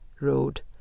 road